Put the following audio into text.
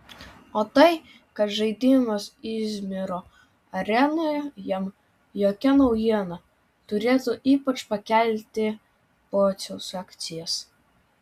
o tai kad žaidimas izmiro arenoje jam jokia naujiena turėtų ypač pakelti pociaus akcijas